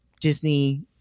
Disney